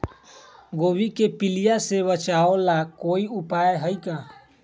गोभी के पीलिया से बचाव ला कोई उपाय है का?